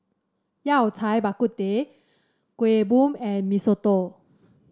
Yao Cai Bak Kut Teh Kuih Bom and Mee Soto